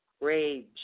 rage